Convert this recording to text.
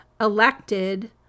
elected